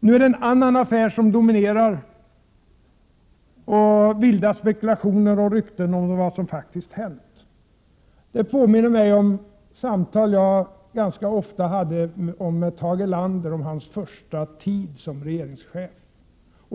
Nu är det en annan affär som dominerar, och det förekommer vilda rykten och spekulationer om vad som faktiskt hänt. Det påminner mig om samtal som jag ganska ofta hade med Tage Erlander om hans första tid som regeringschef.